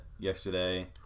yesterday